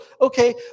Okay